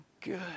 good